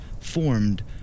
formed